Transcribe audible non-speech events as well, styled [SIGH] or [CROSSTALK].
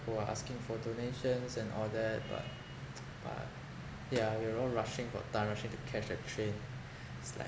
who are asking for donations and all that but [NOISE] but yeah you know rushing for time rushing to catch the train it's like